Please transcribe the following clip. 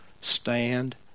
Stand